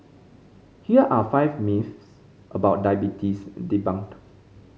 here are five myths about diabetes debunked